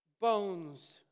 bones